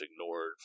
ignored